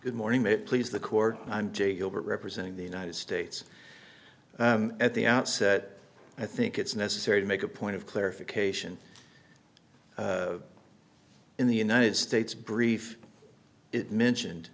good morning may please the court d i'm jay gilbert representing the united states at the outset i think it's necessary to make a point of clarification in the united states brief it mentioned